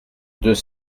deux